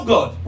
God